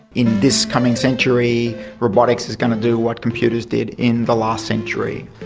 in this coming century robotics is going to do what computers did in the last century.